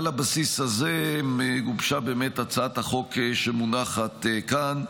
על הבסיס הזה גובשה באמת הצעת החוק שמונחת כאן,